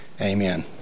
amen